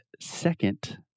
second